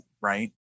right